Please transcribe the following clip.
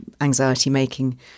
anxiety-making